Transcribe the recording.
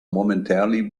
momentarily